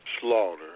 Slaughter